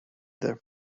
there